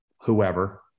whoever